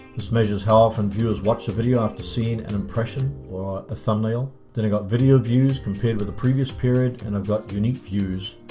this measures how often viewers watch the video after seeing an impression or a thumbnail. then i've got video views compared with the previous period and i've got unique views,